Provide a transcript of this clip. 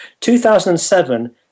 2007